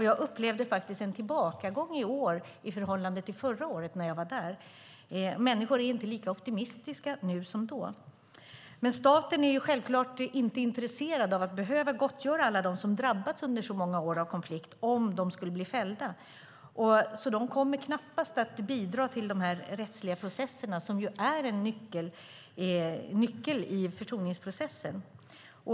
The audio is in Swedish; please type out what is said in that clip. Jag upplevde faktiskt en tillbakagång i år i förhållande till förra året, när jag var där. Människor är inte lika optimistiska nu som då. Staten är självklart inte intresserad av att behöva gottgöra alla dem som har drabbats av konflikt under så många år, om de skulle bli fällda, så staten kommer knappast att bidra till de rättsliga processerna, som ju är en nyckel i försoningsprocessen.